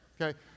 okay